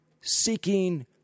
seeking